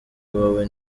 wowe